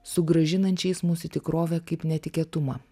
sugrąžinančiais mus į tikrovę kaip netikėtumą